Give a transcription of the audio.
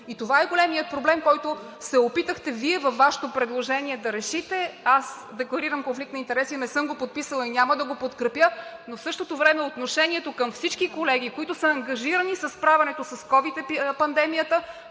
Това е големият проблем, който се опитахте Вие – във Вашето предложение, да решите. Аз декларирам конфликт на интереси – не съм го подписала, и няма да го подкрепя, но в същото време отношението към всички колеги, които са ангажирани със справянето с ковид пандемията,